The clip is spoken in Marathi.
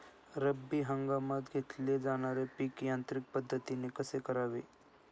रब्बी हंगामात घेतले जाणारे पीक यांत्रिक पद्धतीने कसे करावे?